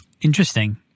Interesting